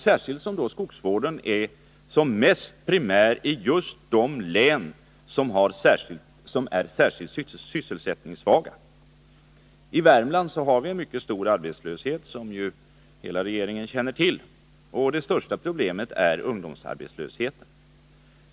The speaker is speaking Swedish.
särskilt som skogsvården är mest primär i just de län som är sysselsättningssvagast. I Värmland har vi, som hela regeringen känner till, en mycket stor arbetslöshet, och det största problemet är ungdomsarbetslösheten.